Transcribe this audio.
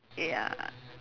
ya